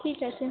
ঠিক আছে